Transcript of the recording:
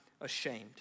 ashamed